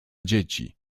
dzieci